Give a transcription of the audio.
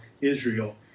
Israel